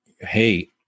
hey